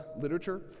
literature